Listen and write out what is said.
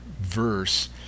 verse